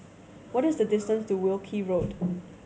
what is the distance to Wilkie Road